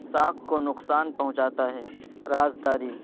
ساکھ کو نقصان پہنچاتا ہے راز داری